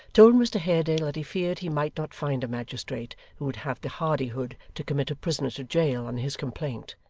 told mr haredale that he feared he might not find a magistrate who would have the hardihood to commit a prisoner to jail, on his complaint.